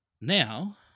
Now